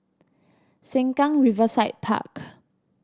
Sengkang Riverside Park